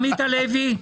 עמית הלוי.